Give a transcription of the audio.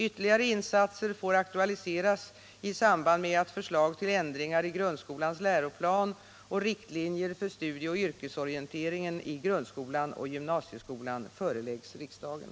Ytterligare insatser får aktualiseras i samband med att förslag till ändringar i grundskolans läroplan och riktlinjer för studieoch yrkesorienteringen i grundskolan och gymnasieskolan föreläggs riksdagen.